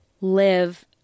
live